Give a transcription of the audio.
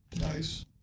Nice